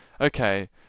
Okay